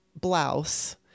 blouse